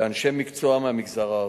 לאנשי מקצוע מהמגזר הערבי,